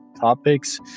topics